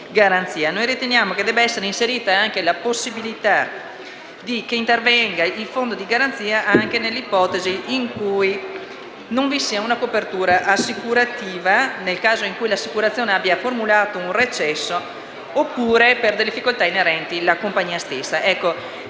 Noi riteniamo che debba essere inserita nella norma la possibilità che tale fondo intervenga anche nell'ipotesi in cui non vi sia una copertura assicurativa, nel caso in cui l'assicurazione abbia formulato un recesso oppure per difficoltà inerenti la compagnia stessa.